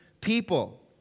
people